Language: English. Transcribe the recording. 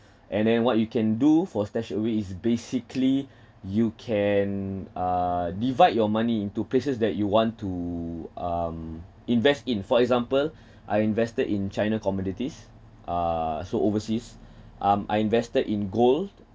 and then what you can do for StashAway is basically you can uh divide your money into places that you want to um invest in for example I invested in china commodities uh so overseas um I'm invested in gold